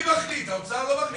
אני מחליט, האוצר לא מחליט.